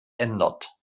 ändert